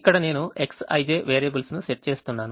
ఇక్కడ నేనుXij వేరియబుల్స్ ను సెట్ చేస్తున్నాను